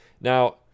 Now